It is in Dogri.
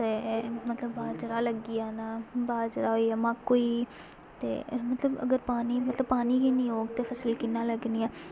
ते मतलब बाजरा लग्गी जाना बाजरा होइया मक्क होई ते मतलब अगर पानी मतलब पानी गै निं होग ते फसल कि'यां लग्गनियां